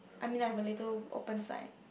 I mean I have a little open side